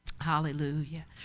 Hallelujah